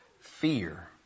fear